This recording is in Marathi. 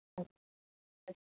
आच् अच्छा